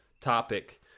topic